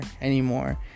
anymore